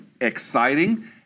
exciting